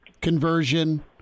conversion